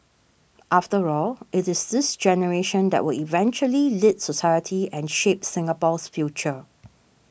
after all it is this generation that will eventually lead society and shape Singapore's future